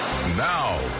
Now